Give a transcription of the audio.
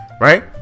Right